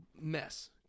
mess